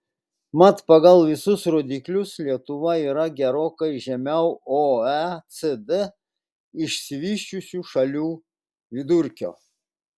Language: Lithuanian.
mat pagal visus rodiklius lietuva yra gerokai žemiau oecd išsivysčiusių šalių vidurkio